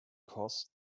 cost